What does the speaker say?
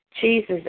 Jesus